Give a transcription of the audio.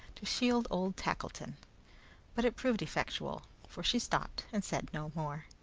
to shield old tackleton but it proved effectual, for she stopped, and said no more.